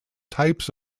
types